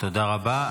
תודה רבה.